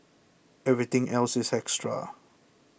everything else is an extra